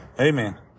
Amen